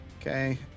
Okay